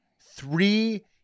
three